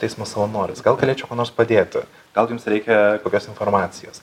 teismo savanoris gal galėčiau kuo nors padėti gal jums reikia kokios informacijos